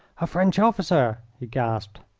a french officer! he gasped.